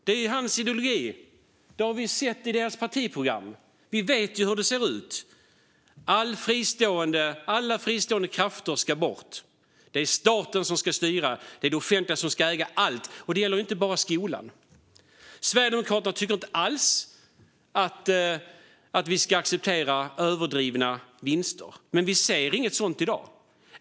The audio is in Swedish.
Det är hans ideologi, och det har vi sett i Vänsterpartiets partiprogram. Alla fristående krafter ska bort, staten ska styra och det offentliga ska äga allt - och det gäller inte bara skolan. Sverigedemokraterna tycker inte alls att överdrivna vinster ska accepteras. Men vi ser inget sådant i dag.